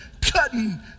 cutting